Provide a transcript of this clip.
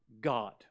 God